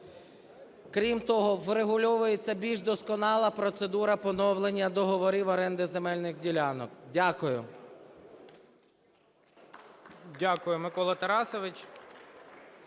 Крім того, врегульовується більш досконала процедура поновлення договорів оренди земельних ділянок. Дякую.